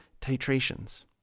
titrations